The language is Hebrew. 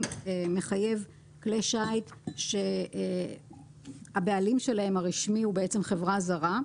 מחייב כלי שיט שהבעלים שלהם הרשמי הוא בעצם חברה זרה,